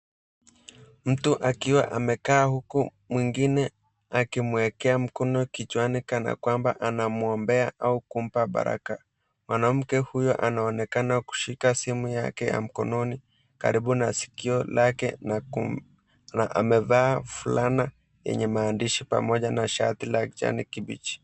Mtu akiwa amekaa huku mtu mwingine akimwekea mkono kichwani kana kwamba anamwombea au kumpa baraka. Mwanamke huyo anaonekana kushika simu yake ya mkononi karibu na sikio lake na amevaa fulana yenye maandishi pamoja na shati la kijani kibichi.